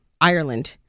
ireland